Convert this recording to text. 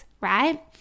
Right